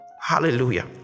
Hallelujah